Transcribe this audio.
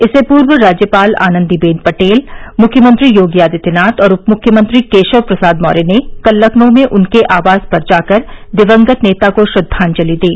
इससे पूर्व राज्यपाल आनंदी बेन पटेल मुख्यमंत्री योगी आदित्यनाथ और उपमुख्यमंत्री केशव प्रसाद मौर्य ने कल लखनऊ में उनके आवास पर जाकर दिवंगत नेता को श्रद्वांजलि दी